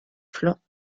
flancs